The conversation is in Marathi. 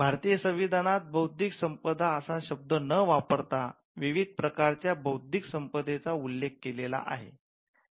भारतीय संविधानात बौद्धिक संपदा असा शब्द न वापरता विविध प्रकारच्या बौद्धिक संपदेचा उल्लेख केलेला आहे